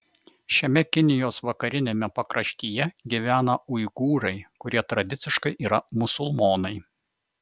šiame kinijos vakariniame pakraštyje gyvena uigūrai kurie tradiciškai yra musulmonai